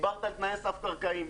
דיברת על תנאי סף קרקעיים.